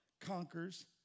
conquers